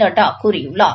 நட்டா கூறியுள்ளார்